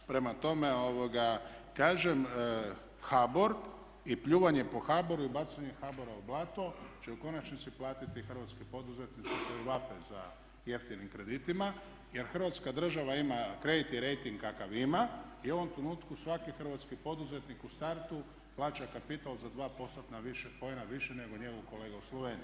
Prema tome, kažem HBOR i pljuvanje po HBOR-u i bacanje HBOR-a u blato će u konačnici platiti hrvatski poduzetnici koji vape za jeftinim kreditima jer hrvatska država ima kreditni rejting kakav ima i u ovom trenutku svaki hrvatski poduzetnik u startu plaća kapital za 2 postotna više poena nego njegov kolega u Sloveniji.